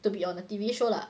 to be on the T_V show lah